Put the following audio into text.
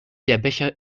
becher